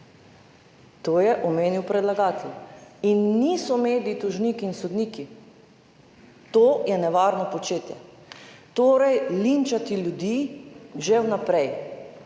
to je omenil predlagatelj in niso mediji, tožniki in sodniki, to je nevarno početje. Torej linčati **59.